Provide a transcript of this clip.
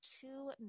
two